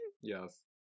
Yes